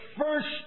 first